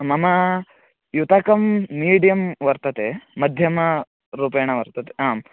मम युतकं मिडियम् वर्तते मध्यमरूपेण वर्तते आम्